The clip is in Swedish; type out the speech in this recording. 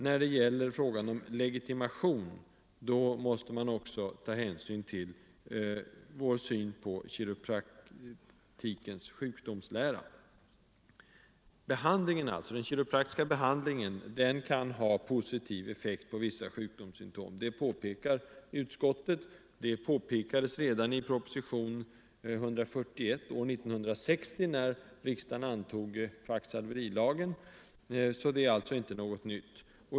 När det gäller frågan om legitimation måste man också ta hänsyn till vår Den kiropraktiska behandlingen kan ha positiv effekt beträffande vissa sjukdomssymtom. Det påpekar utskottet, och det påpekades redan i propositionen 141 år 1960 när riksdagen antog kvacksalverilagen. Det är alltså inte något nytt.